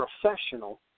professional